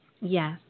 Yes